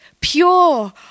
pure